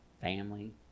family